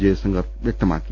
ജയശങ്കർ വ്യക്ത മാക്കി